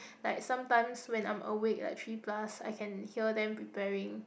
like sometimes when I'm awake like three plus I can hear them preparing